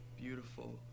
beautiful